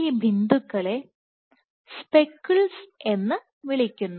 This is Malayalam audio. ഈ ബിന്ദുക്കളെ സ്പെക്കിൾസ് എന്ന് വിളിക്കുന്നു